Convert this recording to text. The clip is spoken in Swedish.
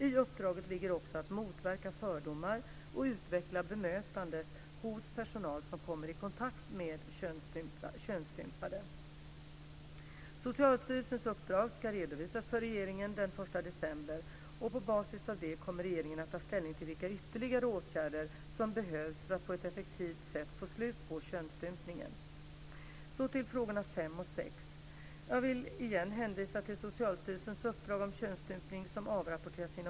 I uppdraget ligger också att motverka fördomar och utveckla bemötandet hos personal som kommer i kontakt med könsstympade. Socialstyrelsens uppdrag ska redovisas för regeringen den 1 december och på basis av det kommer regeringen att ta ställning till vilka ytterligare åtgärder som behövs för att på ett effektivt sätt få slut på könsstympningen. Jag går nu över till frågorna fem och sex. Jag vill igen hänvisa till Socialstyrelsens uppdrag om könsstympning som avrapporteras inom kort.